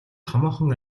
томоохон